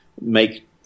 make